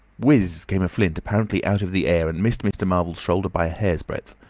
whizz came a flint, apparently out of the air, and missed mr. marvel's shoulder by a hair's-breadth.